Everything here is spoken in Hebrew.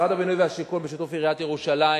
משרד הבינוי והשיכון, בשיתוף עיריית ירושלים,